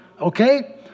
Okay